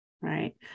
Right